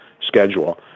schedule